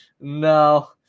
No